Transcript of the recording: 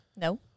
No